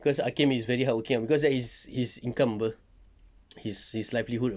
cause hakim is very hardworking that is his his income [pe] his livelihood [pe]